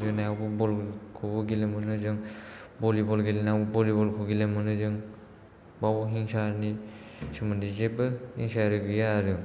जोनायावबो ball खौबो गेलेनो मोनो जों बलिबल गेलेनांगौ बलिबल खौबो गेलेनो मोनो जों बाव हिंसानि सोमोन्दै जेबो हिंसायारि गैया आरो